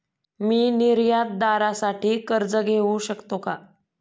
मी निर्यातदारासाठी कर्ज घेऊ शकतो का?